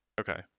Okay